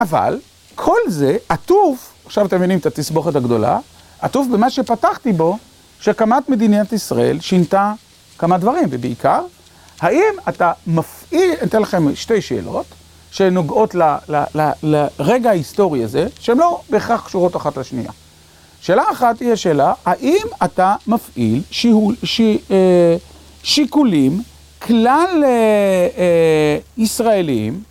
אבל כל זה עטוף, עכשיו אתם מבינים את התסבוכת הגדולה, עטוף במה שפתחתי בו, שהקמת מדינת ישראל שינתה כמה דברים. ובעיקר, האם אתה מפעיל, אני אתן לכם שתי שאלות, שנוגעות לרגע ההיסטורי הזה, שהן לא בהכרח קשורות אחת לשנייה. שאלה אחת היא השאלה, האם אתה מפעיל שיקולים כלל ישראלים,